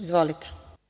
Izvolite.